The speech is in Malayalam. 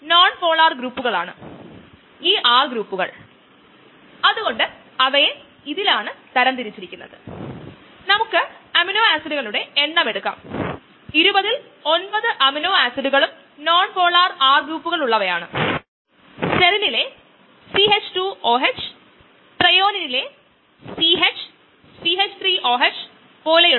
എൻസൈമുകളാണ് കൂടുതലും പ്രോട്ടീനുകൾ എന്ന് പറയട്ടെ മറ്റ് എൻസൈമുകളിലേക്ക് നമുക്ക് ഇപ്പോൾ കടക്കണ്ട കൂടുതലും പ്രോട്ടീൻ അവ എങ്ങനെ പ്രവർത്തിക്കുന്നു പ്രോട്ടീൻ എങ്ങനെ ഫോൾഡു ചെയുന്നു എന്നതിനെ ആശ്രയിച്ചിരിക്കും അവയുടെ പ്രവർത്തനം നമ്മുടെ അടിസ്ഥാന ബയോളജി കോഴ്സിൽ നിന്ന് നമുക്കെല്ലാവര്കും ഇത് അറിയാം